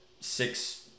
six